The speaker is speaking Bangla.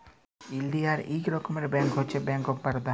ইলডিয়াল ইক রকমের ব্যাংক হছে ব্যাংক অফ বারদা